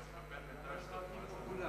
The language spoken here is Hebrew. למה צועקים פה כולם?